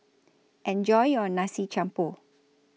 Enjoy your Nasi Campur